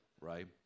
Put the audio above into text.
right